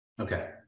Okay